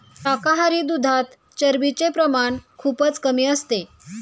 शाकाहारी दुधात चरबीचे प्रमाण खूपच कमी असते